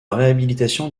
réhabilitation